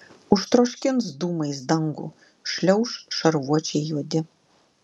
užtroškins dūmais dangų šliauš šarvuočiai juodi